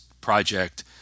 project